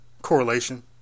Correlation